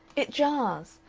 it jars.